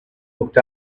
looked